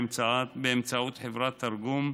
באמצעות חברת תרגום,